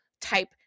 type